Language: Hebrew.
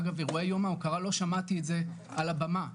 אגב אירועי יום ההוקרה לא שמעתי את זה על הבמה,